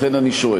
לכן אני שואל,